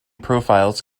profiles